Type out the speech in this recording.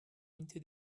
into